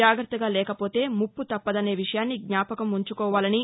జాగ్రత్తగా లేకపోతే ముప్ప తప్పదనే విషయాన్ని జ్ఞాపకం ఉంచుకోవాలన్నారు